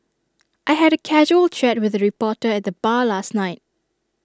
I had A casual chat with A reporter at the bar last night